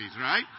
right